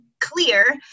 clear